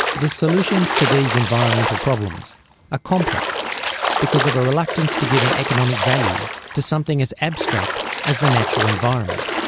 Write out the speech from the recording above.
the solutions to these environmental problems are ah complex because of a reluctance to give an economic value to something as abstract as the natural environment.